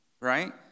right